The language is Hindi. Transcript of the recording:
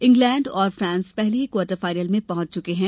इंग्लैंड और फ्रांस पहले ही क्वार्टर फाइनल में पहुंच चुके थे